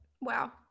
Wow